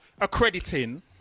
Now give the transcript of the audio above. accrediting